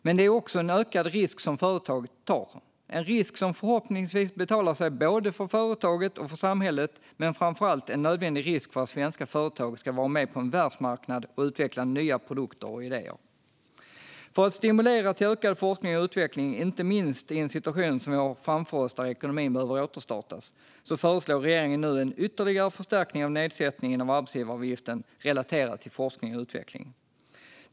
Men det är också en ökad risk som företaget tar, en risk som förhoppningsvis betalar sig både för företaget och för samhället men framför allt en nödvändig risk för att svenska företag ska vara med på en världsmarknad och utveckla nya produkter och idéer. För att stimulera till ökad forskning och utveckling, inte minst i den situation som vi har framför oss där ekonomin behöver återstartas, föreslår regeringen nu en ytterligare förstärkning av nedsättningen av arbetsgivaravgiften relaterat till forskning och utveckling.